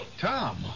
Tom